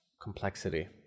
complexity